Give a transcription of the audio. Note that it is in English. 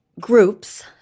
groups